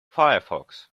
firefox